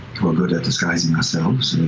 who are good at disguising ourselves.